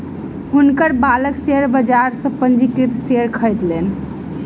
हुनकर बालक शेयर बाजार सॅ पंजीकृत शेयर खरीदलैन